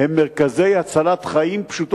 בספיר בערבה,